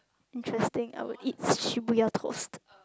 interesting I would eat Shibuya toast